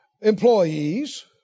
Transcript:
employees